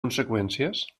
conseqüències